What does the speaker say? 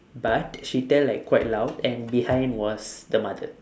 but she tell like quite loud and behind was the mother